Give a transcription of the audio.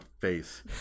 face